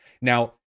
Now